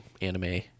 anime